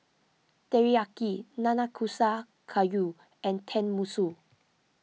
Teriyaki Nanakusa Gayu and Tenmusu